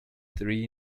three